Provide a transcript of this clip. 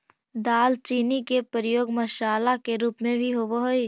दालचीनी के प्रयोग मसाला के रूप में भी होब हई